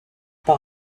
par